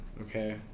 okay